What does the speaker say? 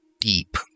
Deep